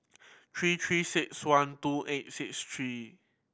three Three Six One two eight six three